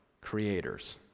creators